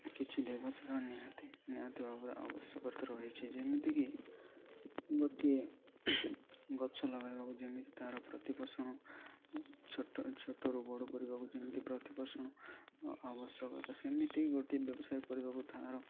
କିଛି ବ୍ୟବସାୟ ନିହାତି ନିହାତି ଭାବରେ ଆବଶ୍ୟକତା ରହିଛି ଯେମିତିକି ଗୋଟିଏ ଗଛ ଲଗାଇବାକୁ ଯେମିତି ତା'ର ପ୍ରତିପୋଷଣ ଛୋଟ ଛୋଟରୁ ବଡ଼ କରିବାକୁ ଯେମିତି ପ୍ରତିପୋଷଣ ଆବଶ୍ୟକତା ସେମିତି ଗୋଟିଏ ବ୍ୟବସାୟ କରିବାକୁ ତା'ର